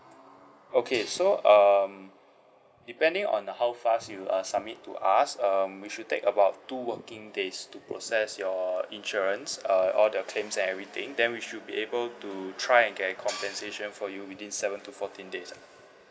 okay so um depending on how fast you uh submit to us um we should take about two working days to process your insurance err all the claims and everything then we should be able to try and get a compensation for you within seven to fourteen days lah